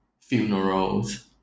funerals